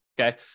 okay